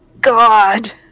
god